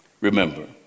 remember